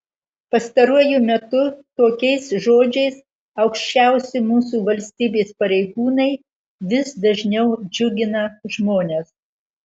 pastaruoju metu tokiais žodžiais aukščiausi mūsų valstybės pareigūnai vis dažniau džiugina žmones